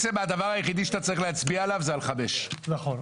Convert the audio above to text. הדבר היחידי שאתה צריך להצביע עליו זה על הסתייגות מספר 5. נכון.